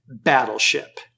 Battleship